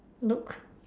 look